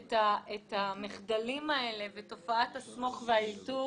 את המחדלים האלה ואת תופעת ה"סמוך" והאלתור